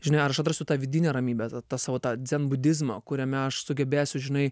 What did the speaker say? žinai ar aš atrasiu tą vidinę ramybę t tą savo tą dzenbudizmą kuriame aš sugebėsiu žinai